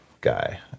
guy